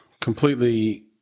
completely